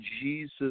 Jesus